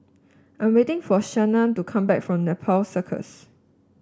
I'm waiting for Shawnna to come back from Nepal Circus